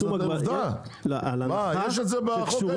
אבל זאת עובדה, יש את זה בחוק ההסדרים.